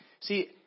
See